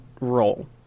role